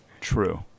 true